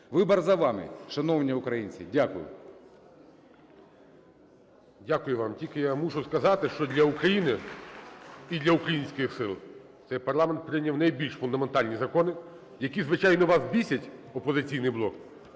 Вибір за вами, шановні українці. Дякую. ГОЛОВУЮЧИЙ. Дякую. Тільки я мушу сказати, що для України і для українських сил цей парламент прийняв найбільш фундаментальні закони, які, звичайно, вас бісять, "Опозиційний блок",